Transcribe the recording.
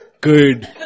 good